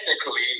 technically